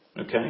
Okay